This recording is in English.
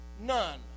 none